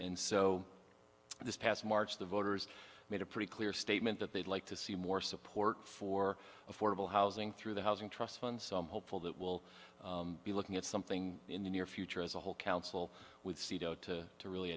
and so this past march the voters made a pretty clear statement that they'd like to see more support for affordable housing through the housing trust fund so i'm hopeful that we'll be looking at something in the near future as a whole council with sidoti to really